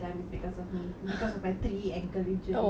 ya then everybody will just laugh at me